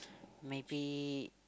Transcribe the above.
maybe